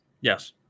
Yes